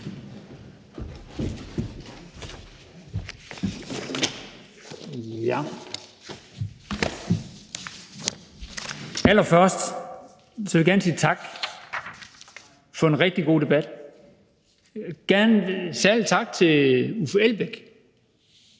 (V): Allerførst vil jeg gerne sige tak for en rigtig god debat og særlig en tak til Uffe Elbæk